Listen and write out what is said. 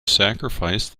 sacrifice